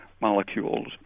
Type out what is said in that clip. molecules